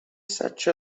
such